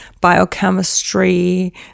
biochemistry